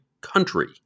country